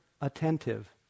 attentive